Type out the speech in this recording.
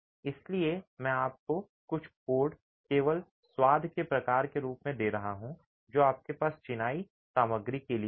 इसलिए मैं आपको कुछ कोड केवल स्वाद के प्रकार के रूप में दे रहा हूं जो आपके पास चिनाई सामग्री के लिए है